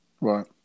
Right